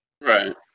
Right